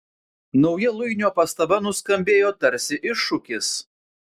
nauja luinio pastaba nuskambėjo tarsi iššūkis